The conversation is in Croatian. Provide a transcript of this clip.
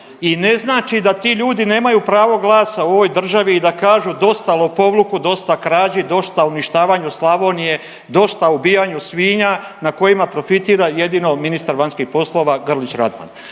i ne znači da ti ljudi nemaju pravo glasa u ovoj državi i da kažu dosta lopovluku, dosta krađi, dosta uništavanju Slavonije, dosta ubijanju svinja na kojima profitira jedino ministar vanjskih poslova Grlić Radman.